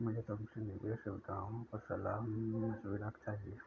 मुझे तुमसे निवेश सुविधाओं पर सलाह मशविरा चाहिए